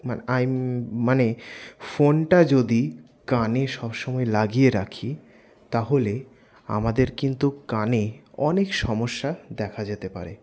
মানে ফোনটা যদি কানে সবসময় লাগিয়ে রাখি তাহলে আমাদের কিন্তু কানে অনেক সমস্যা দেখা যেতে পারে